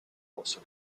posso